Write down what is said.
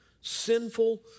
sinful